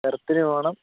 എർത്തിനു വേണം